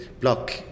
block